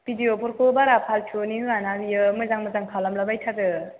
भिदिअ'फोरखौ बारा फाल्थुनि होआना बियो मोजां मोजां खालामला बायथारो